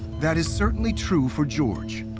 that is certainly true for george,